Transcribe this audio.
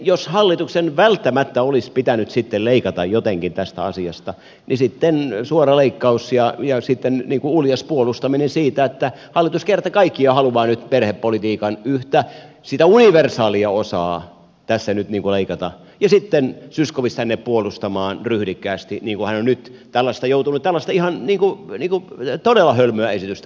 jos hallituksen välttämättä olisi pitänyt sitten leikata jotenkin lapsilisistä sitten suora leikkaus ja sen uljas puolustaminen että hallitus kerta kaikkiaan haluaa nyt perhepolitiikan yhtä sitä universaalia osaa tässä nyt leikata ja sitten zyskowicz tänne puolustamaan ryhdikkäästi niin kuin hän on nyt tällaista ihan todella hölmöä esitystä joutunut puolustamaan